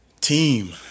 Team